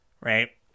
Right